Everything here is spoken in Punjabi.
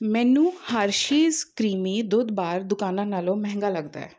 ਮੈਨੂੰ ਹਰਸ਼ੀਸ ਕਰੀਮੀ ਦੁੱਧ ਬਾਰ ਦੁਕਾਨਾਂ ਨਾਲੋਂ ਮਹਿੰਗਾ ਲੱਗਦਾ